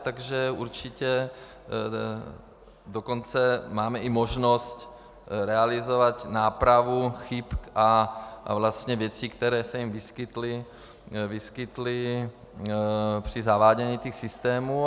Takže určitě dokonce máme i možnost realizovat nápravu chyb a vlastně věcí, které se vyskytly při zavádění těch systémů.